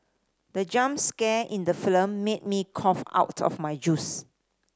the jump scare in the film made me cough out my juice